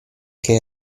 che